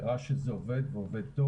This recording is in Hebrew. שזה עובד טוב.